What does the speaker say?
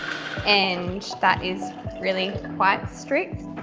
and that is really quite strict.